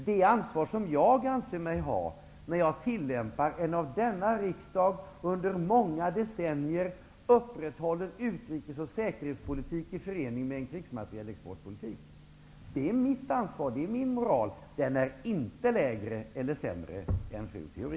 Det ansvar som jag anser mig ha är att i denna riksdag fullfölja en under många decennier upprätthållen utrikes och säkerhetspolitik i förening med en krigsmaterielexportpolitik. Detta är mitt ansvar och min moral, som inte är lägre eller sämre än fru